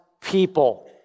people